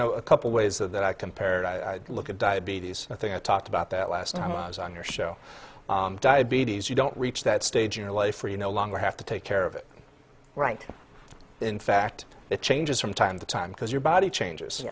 know a couple ways that i compared i look at diabetes i think i talked about that last time i was on your show diabetes you don't reach that stage in your life or you no longer have to take care of it right in fact it changes from time to time because your body changes